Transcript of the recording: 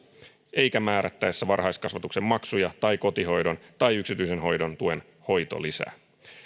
eikä määrättäessä varhaiskasvatuksen maksuja tai kotihoidon tai yksityisen hoidon tuen hoitolisää